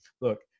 Look